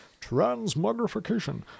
transmogrification